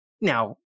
Now